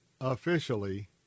officially